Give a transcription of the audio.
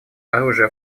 оружия